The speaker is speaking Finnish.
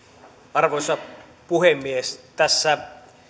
arvoisa puhemies tässä